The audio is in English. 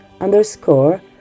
underscore